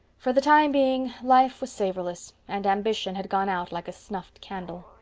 for the time being life was savorless, and ambition had gone out like a snuffed candle.